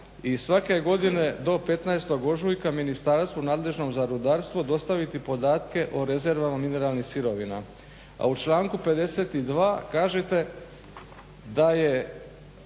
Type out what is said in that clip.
i svake godine do 15. ožujka ministarstvu nadležnom za rudarstvo dostaviti podatke o rezervama mineralnih sirovina. A u članku 52. kažete da je